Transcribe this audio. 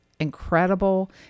incredible